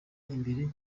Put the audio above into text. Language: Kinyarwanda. imbere